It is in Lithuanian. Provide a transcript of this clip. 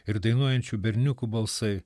ir dainuojančių berniukų balsai